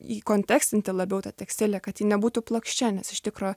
įkontekstinti labiau tą tekstilę kad ji nebūtų plokščia nes iš tikro